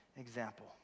Example